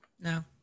No